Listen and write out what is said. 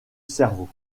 cerveau